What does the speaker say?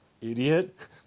idiot